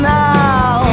now